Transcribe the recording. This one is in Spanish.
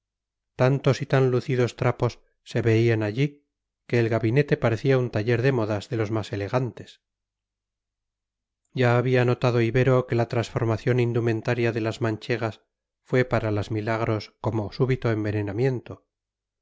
tantos y tan lucidos trapos se veían allí que el gabinete parecía un taller de modas de los más elegantes ya había notado ibero que la transformación indumentaria de las manchegas fue para las milagros como súbito envenenamiento